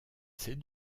c’est